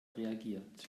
reagiert